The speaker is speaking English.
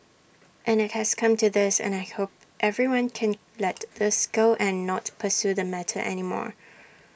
and IT has come to this and I hope everyone can let this go and not pursue the matter anymore